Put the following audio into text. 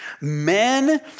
Men